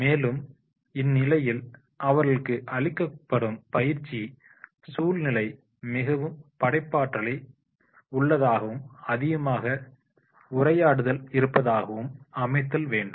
மேலும் இந்நிலையில் அவர்களுக்கு அளிக்கப்படும் பயிற்சி சூழ்நிலை மிகவும் படைப்பாற்றல் உள்ளதாகவும் அதிகமாக உரையாடுதல் இருப்பதாகவும் அமைத்தல் வேண்டும்